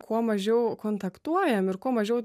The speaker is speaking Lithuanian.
kuo mažiau kontaktuojam ir kuo mažiau